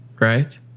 Right